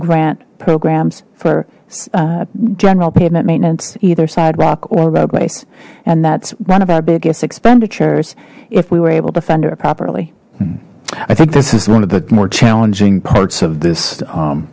grant programs for general pavement maintenance either sidewalk or roadways and that's one of our biggest expenditures if we were able to fund it properly i think this is one of the more challenging parts of this